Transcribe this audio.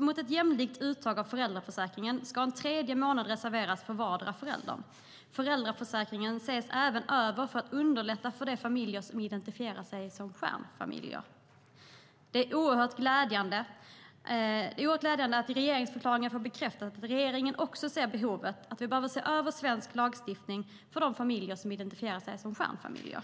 mot ett jämlikt uttag av föräldraförsäkringen ska en tredje månad reserveras för vardera föräldern. Föräldraförsäkringen ses även över för att underlätta för de familjer som identifierar sig som stjärnfamiljer." Det är oerhört glädjande att i regeringsförklaringen få bekräftat att också regeringen anser att vi behöver se över svensk lagstiftning för att underlätta för de familjer som identifierar sig som stjärnfamiljer.